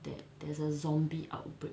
that there's a zombie outbreak